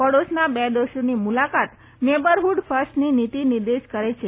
પડોશના બે દેશોની મુલાકાત નેબરહુડ ફર્સ્ટની નીતી નિર્દેશ કરે છે